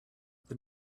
the